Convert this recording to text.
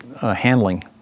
handling